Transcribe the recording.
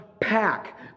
pack